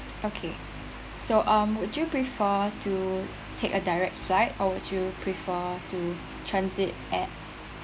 okay so um would you prefer to take a direct flight or would you prefer to transit at